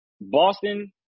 Boston